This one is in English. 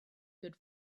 good